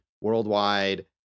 worldwide